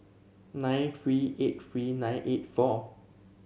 nine three eight three nine eight four